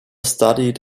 studied